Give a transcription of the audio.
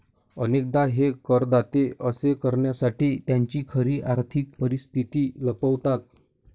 अनेकदा हे करदाते असे करण्यासाठी त्यांची खरी आर्थिक परिस्थिती लपवतात